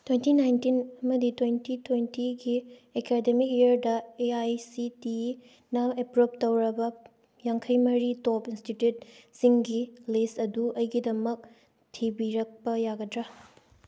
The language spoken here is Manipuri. ꯇ꯭ꯋꯦꯟꯇꯤ ꯅꯥꯏꯟꯇꯤꯟ ꯑꯃꯗꯤ ꯇ꯭ꯋꯦꯟꯇꯤ ꯇ꯭ꯋꯦꯟꯇꯤꯒꯤ ꯑꯦꯀꯥꯗꯃꯤꯛ ꯏꯌꯥꯔꯗ A I C T E ꯅ ꯑꯦꯄ꯭ꯔꯨꯚ ꯇꯧꯔꯕ ꯌꯥꯡꯈꯩ ꯃꯔꯤ ꯇꯣꯞ ꯏꯟꯁꯇꯤꯇ꯭ꯌꯨꯠ ꯁꯤꯡꯒꯤ ꯂꯤꯁ ꯑꯗꯨ ꯑꯩꯒꯤꯗꯃꯛ ꯊꯤꯕꯤꯔꯛꯄ ꯌꯥꯒꯗ꯭ꯔꯥ